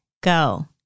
go